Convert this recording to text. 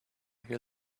you